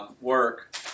work